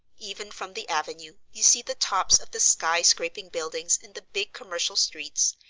even from the avenue you see the tops of the sky-scraping buildings in the big commercial streets,